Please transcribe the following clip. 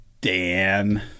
Dan